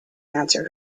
answered